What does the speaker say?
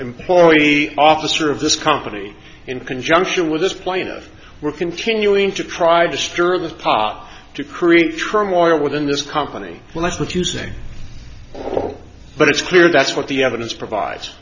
employee officer of this company in conjunction with this plaintiff we're continuing to try to stir the pot to create trauma water within this company well that's what you say but it's clear that's what the evidence provides